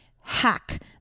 hack